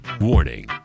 Warning